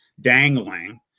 dangling